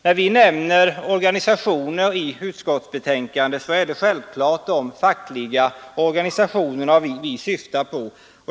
När vi nämner organisationer i utskottsbetänkandet, så är det självfallet de fackliga organisationerna vi syftar på.